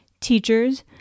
Teachers